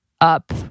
up